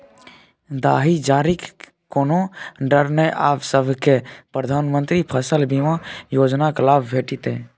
दाही जारीक कोनो डर नै आब सभकै प्रधानमंत्री फसल बीमा योजनाक लाभ भेटितै